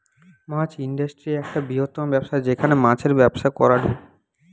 মাছ industry একটা বৃহত্তম ব্যবসা যেখানে মাছের ব্যবসা করাঢু